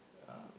um